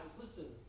listen